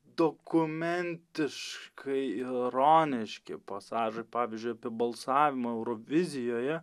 dokumentiškai ironiški pasažai pavyzdžiui apie balsavimą eurovizijoje